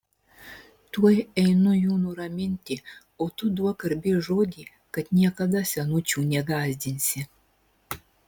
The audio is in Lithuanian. tuoj einu jų nuraminti o tu duok garbės žodį kad niekada senučių negąsdinsi